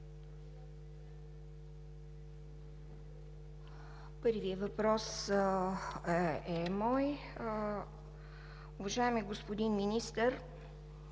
Първият въпрос е мой. Уважаеми господин Министър,